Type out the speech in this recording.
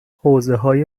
حوزههای